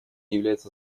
является